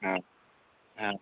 औ औ